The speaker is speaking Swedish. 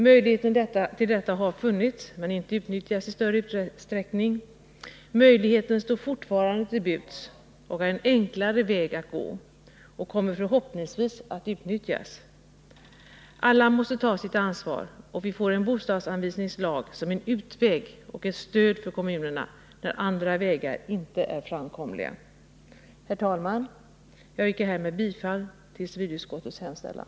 Möjlighet till detta har funnits, men inte utnyttjats i någon större utsträckning. Möjligheten står fortfarande till buds. Den innebär en enklare väg att gå och kommer förhoppningsvis att utnyttjas. Alla måste ta sitt ansvar, och vi får genom en bostadsanvisningslag en utväg och ett stöd för kommunerna när andra vägar inte är framkomliga. Herr talman! Jag yrkar härmed bifall till civilutskottets hemställan.